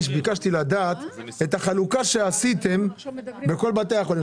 וביקשתי לכן לדעת את החלוקה שעשיתם בכל בתי החולים.